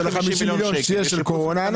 של ה-50 מיליון שקל של הקורונה,